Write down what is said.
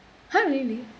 !huh! really